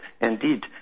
Indeed